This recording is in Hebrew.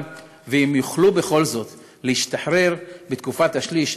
ואם יוכלו בכל זאת להשתחרר בתקופת השליש,